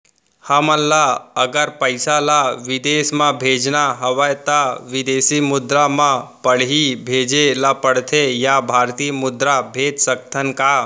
हमन ला अगर पइसा ला विदेश म भेजना हवय त विदेशी मुद्रा म पड़ही भेजे ला पड़थे या भारतीय मुद्रा भेज सकथन का?